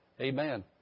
Amen